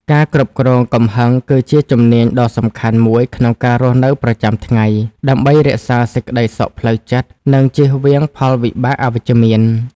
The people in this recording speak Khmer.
ការគ្រប់គ្រងកំហឹងគឺជាជំនាញដ៏សំខាន់មួយក្នុងការរស់នៅប្រចាំថ្ងៃ ដើម្បីរក្សាសេចក្តីសុខផ្លូវចិត្ត និងជៀសវាងផលវិបាកអវិជ្ជមាន។